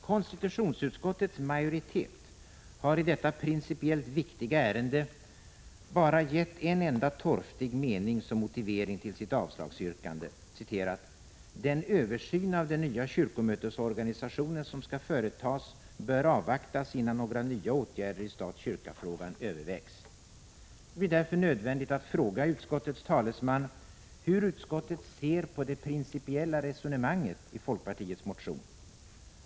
Konstitutionsutskottets majoritet har i detta principiellt viktiga ärende bara gett en enda torftig mening som motivering till sitt avslagsyrkande: ”Den översyn av den nya kyrkomötesorganisationen som skall företas bör avvaktas innan några nya åtgärder i stat-kyrka-frågan övervägs.” Det blir därför nödvändigt att fråga utskottets talesman hur utskottet ser på det principiella resonemanget i folkpartiets motion.